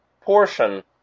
portion